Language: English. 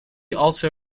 also